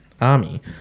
army